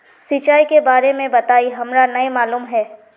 सिंचाई के बारे में बताई हमरा नय मालूम है?